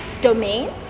domains